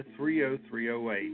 30308